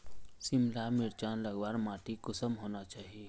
सिमला मिर्चान लगवार माटी कुंसम होना चही?